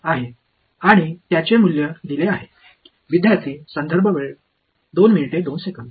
எனவே இந்த சின்னம் மற்றும் அதன் மதிப்பு வழங்கப்படுகிறது